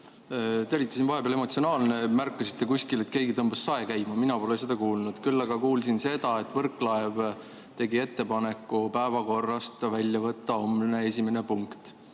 Te olite siin vahepeal emotsionaalne – märkasite, et keegi kuskil tõmbas sae käima. Mina pole seda kuulnud. Küll aga kuulsin seda, et Võrklaev tegi ettepaneku päevakorrast välja võtta homne esimene punkt.